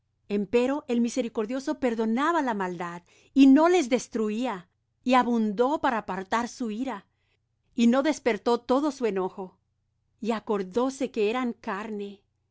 en su pacto empero él misericordioso perdonaba la maldad y no los destruía y abundó para apartar su ira y no despertó todo su enojo y acordóse que eran carne